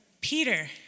Peter